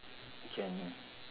can